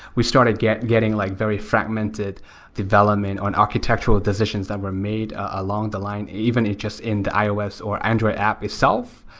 we started getting like very fragmented development on architectural decisions that were made along the line even just in the ios or android app itself.